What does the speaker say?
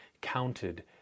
counted